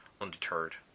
undeterred